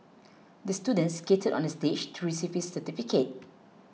the student skated onto the stage to receive his certificate